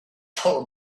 told